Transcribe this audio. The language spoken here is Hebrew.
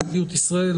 פרטיות ישראל,